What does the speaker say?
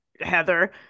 heather